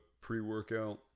pre-workout